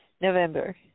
November